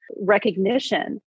recognition